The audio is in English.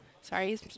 Sorry